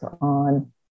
on